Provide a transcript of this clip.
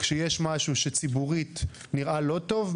כשיש משהו שציבורית נראה לא טוב,